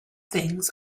things